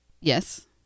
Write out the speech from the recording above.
Yes